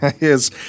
Yes